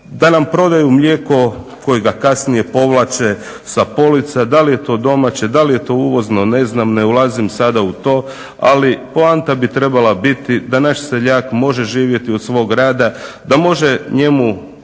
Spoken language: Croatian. da nam prodaju mlijeko kojega kasnije povlače sa polica. Da li je to domaće, da li je to uvozno ne znam, ne ulazim sada u to ali poanta bi trebala biti da naš seljak može živjeti od svog rada, da može njemu